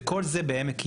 וכל זה בעמק יזרעאל.